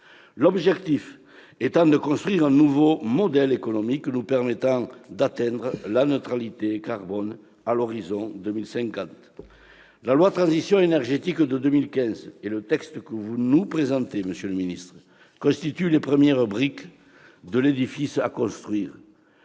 l'objectif étant de construire un nouveau modèle économique nous permettant d'atteindre la neutralité carbone à l'horizon 2050. La loi de transition énergétique de 2015 et le texte que vous nous présentez, monsieur le ministre d'État, constituent les premières briques de l'édifice à construire.